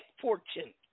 fortune